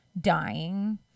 dying